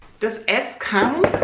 does s count?